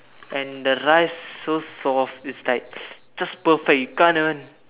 and the rice so soft it's like just perfect you can't even